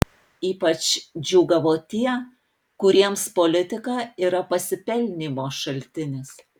ypač džiūgavo tie kuriems politika yra pasipelnymo šaltinis